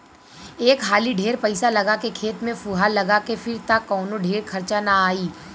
एक हाली ढेर पईसा लगा के खेत में फुहार लगा के फिर त कवनो ढेर खर्चा ना आई